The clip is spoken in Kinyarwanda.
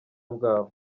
bwabo